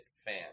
fan